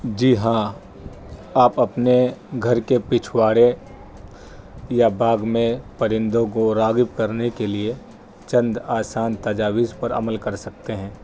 جی ہاں آپ اپنے گھر کے پچھواڑے یا باغ میں پرندوں کو راغب کرنے کے لیے چند آسان تجاویز پر عمل کر سکتے ہیں